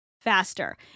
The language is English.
faster